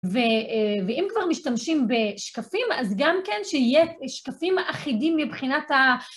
ואם כבר משתמשים בשקפים, אז גם כן שיהיה שקפים אחידים מבחינת ה...